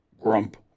grump